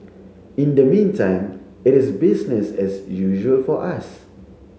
in the meantime it is business as usual for us